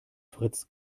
fritz